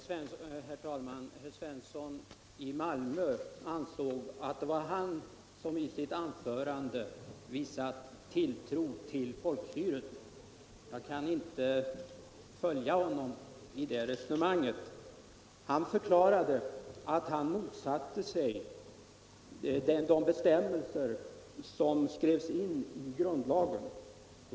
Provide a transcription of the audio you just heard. Herr talman! Herr Svensson i Malmö ansåg att det var han som i sitt anförande visat tilltro till folkstyret. Jag kan inte följa honom i det resonemanget. Herr Svensson förklarade att han motsatte sig de bestämmelser som skrevs in i grundlagen.